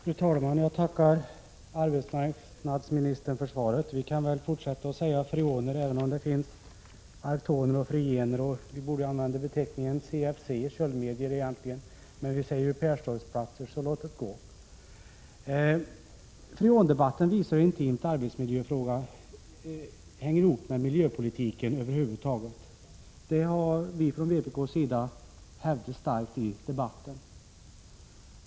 Fru talman! Jag tackar arbetsmarknadsministern för svaret. Vi kan väl fortsätta att säga freoner, även om det också finns arcton, frigen osv. Egentligen borde man använda beteckningen CFC eller köldmedier, men vi säger ju perstorpsplattor, så låt gå. Freondebatten visar hur intimt arbetsmiljöfrågan hänger ihop med miljöpolitiken över huvud taget. Detta har vi från vpk:s sida starkt hävdat i debatten.